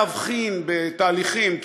לפעמים קשה להבחין בתהליכים,